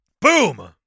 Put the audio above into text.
Boom